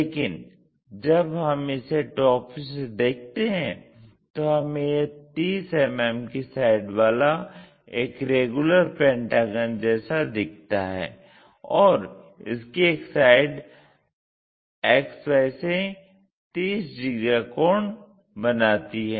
लेकिन जब हम इसे टॉप से देखते हैं तो हमें यह 30 mm की साइड वाला एक रेगुलर पेंटागन जैसा दिखता है और इसकी एक साइड XY से 30 डिग्री का कोण बनाती है